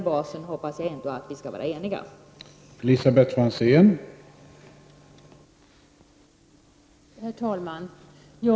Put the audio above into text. Jag hoppas ändå att vi skall vara eniga om detta.